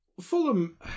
fulham